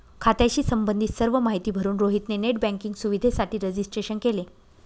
खात्याशी संबंधित सर्व माहिती भरून रोहित ने नेट बँकिंग सुविधेसाठी रजिस्ट्रेशन केले